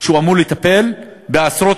שאמור לטפל בעשרות